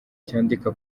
cyandika